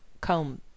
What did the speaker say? comb